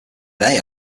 they